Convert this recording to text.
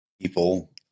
people